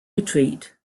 retreat